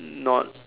not